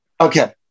Okay